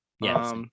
Yes